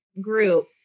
group